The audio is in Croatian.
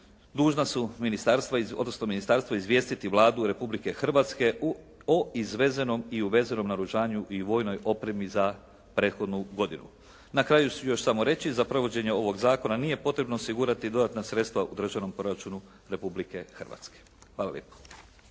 odnosno ministarstvo izvijestiti Vladu Republike Hrvatske o izvezenom i uvezenom naoružanju i vojnoj opremi za prethodnu godinu. Na kraju ću još samo reći za provođenje ovog zakona nije potrebno osigurati dodatna sredstva u državnom proračunu Republike Hrvatske. Hvala lijepo.